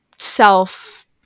self